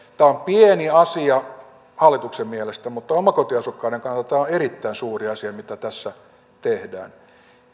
tämä on pieni asia hallituksen mielestä mutta omakotiasukkaiden kannalta tämä on erittäin suuri asia mitä tässä tehdään